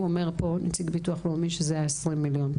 אומר פה נציג הביטוח הלאומי שזה ה-20 מיליון,